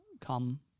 come